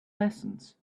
lessons